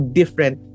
different